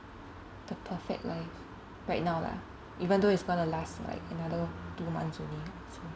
the perfect life right now lah even though it's gonna last like another two months only so